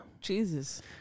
jesus